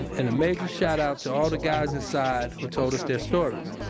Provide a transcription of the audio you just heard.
and a major shoutout to all the guys inside who told us their stories.